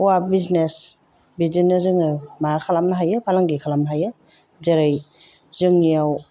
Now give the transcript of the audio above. औवा बिजिसनेस बिदिनो जोङो खालामनो हायो फालांगि खालामनो हायो जेरै जोंनियाव